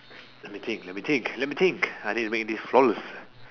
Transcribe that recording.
let me think let me think let me think I need to make this flawless